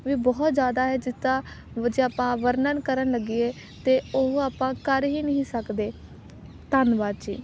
ਵੀ ਬਹੁਤ ਜ਼ਿਆਦਾ ਹੈ ਜਿਸਦਾ ਜੇ ਆਪਾਂ ਵਰਣਨ ਕਰਨ ਲੱਗੀਏ ਤਾਂ ਉਹ ਆਪਾਂ ਕਰ ਹੀ ਨਹੀਂ ਸਕਦੇ ਧੰਨਵਾਦ ਜੀ